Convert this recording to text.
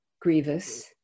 grievous